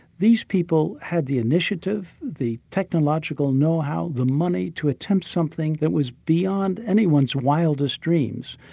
these people had the initiative, the technological know-how, the money to attempt something that was beyond anyone's wildest dreams.